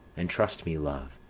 and trust me, love,